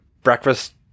breakfast